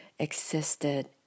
existed